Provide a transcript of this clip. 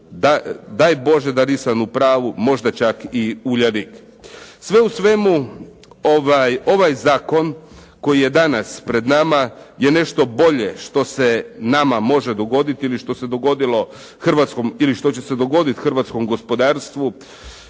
Daj Bože da nisam u pravu, možda čak i "Uljanik". Sve u svemu ovaj zakon koji je danas pred nama je nešto bolje što se nama može dogoditi ili što se dogodilo hrvatskom ili što